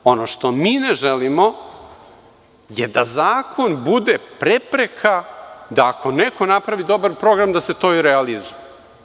Ono što mi ne želimo je da zakon bude prepreka da ako neko napravi dobar program da se to i realizuje.